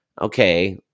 okay